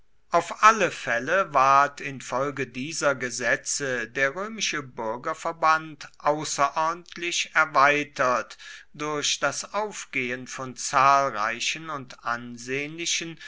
auf alle fälle ward infolge dieser gesetze der römische bürgerverband außerordentlich erweitert durch das aufgehen von zahlreichen und ansehnlichen